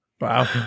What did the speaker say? Wow